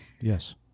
Yes